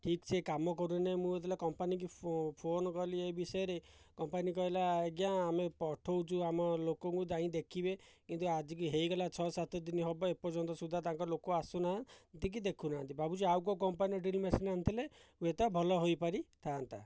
ଠିକ୍ସେ କାମ କରୁନାହିଁ ମୁଁ ଯେତେବେଳେ କମ୍ପାନୀକୁ ଫୋନ୍ କଲି ଏବିଷୟରେ କମ୍ପାନୀ କହିଲା ଆଜ୍ଞା ଆମେ ପଠାଉଛୁ ଆମ ଲୋକଙ୍କୁ ଯାଇ ଦେଖିବେ କିନ୍ତୁ ଆଜିକି ହୋଇଗଲା ଛଅ ସାତ ଦିନ ହେବ ଏପର୍ଯ୍ୟନ୍ତ ସୁଦ୍ଧା ତାଙ୍କ ଲୋକ ଆସୁନାହାନ୍ତି କି ଦେଖୁନାହାନ୍ତି ଭାବୁଛି କି ଆଉ କେଉଁ କମ୍ପାନୀର ଡ୍ରିଲ୍ ମେସିନ୍ ଆଣିଥିଲେ ହୁଏତ ଭଲ ହୋଇପାରିଥାନ୍ତା